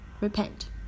repent